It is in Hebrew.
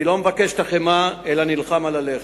אני לא מבקש את החמאה אלא נלחם על הלחם.